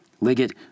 Liggett